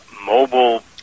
mobile